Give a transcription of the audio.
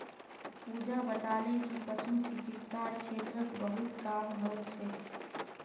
पूजा बताले कि पशु चिकित्सार क्षेत्रत बहुत काम हल छेक